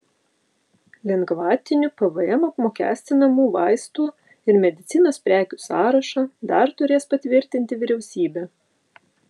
lengvatiniu pvm apmokestinamų vaistų ir medicinos prekių sąrašą dar turės patvirtinti vyriausybė